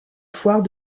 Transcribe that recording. foire